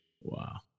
Wow